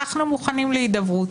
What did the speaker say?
אנחנו מוכנים להידברות.